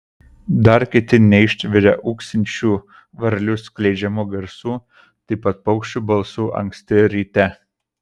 dar kiti neištveria ūksinčių varlių skleidžiamų garsų taip pat paukščių balsų anksti ryte